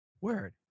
Word